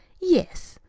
yes,